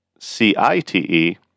C-I-T-E